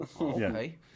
Okay